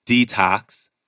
Detox